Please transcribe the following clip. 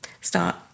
start